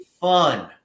fun